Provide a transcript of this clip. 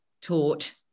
taught